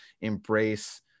embrace